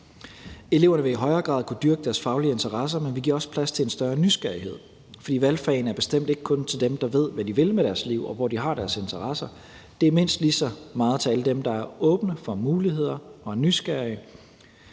Eleverne vil i højere grad kunne dyrke deres faglige interesser, men vi giver også plads til en større nysgerrighed, for valgfagene er bestemt ikke kun til dem, der ved, hvad de vil med deres liv, og hvor de har deres interesser, det er mindst lige så meget til alle dem, der er åbne for muligheder og er nysgerrige,